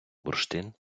бурштин